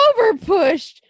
overpushed